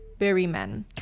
berryman